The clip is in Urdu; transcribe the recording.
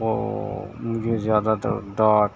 وہ مجھے زیادہ تر ڈاک